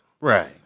Right